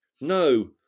No